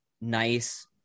nice